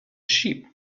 sheep